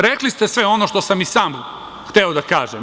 Rekli ste sve ono što sam i sam hteo da kažem.